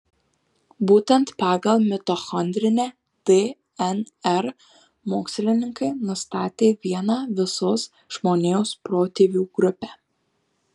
būtent pagal mitochondrinę dnr mokslininkai nustatė vieną visos žmonijos protėvių grupę